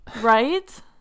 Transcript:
Right